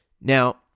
Now